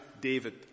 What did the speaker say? David